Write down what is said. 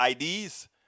IDs